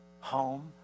home